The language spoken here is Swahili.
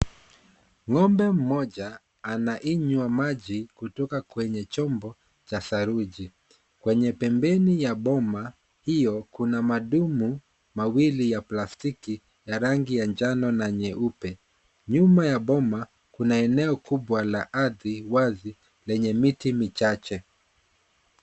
Ng'ombe mmoja anainywa maji kutoka kwenye chombo cha saruji. Kwenye pembeni ya bomo hiyo kuna madumu mawili ya plastiki ya rangi ya njano na nyeupe. Nyuma ya boma kuna eneo kubwa la ardhi wazi lenye miti michache.